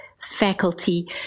faculty